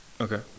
Okay